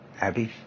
Abby